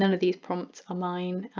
and of these prompts are mine,